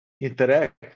interact